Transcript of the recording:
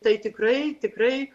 tai tikrai tikrai